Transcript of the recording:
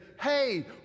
hey